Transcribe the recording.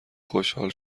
خوشحال